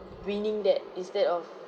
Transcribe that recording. winning that instead of